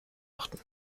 achten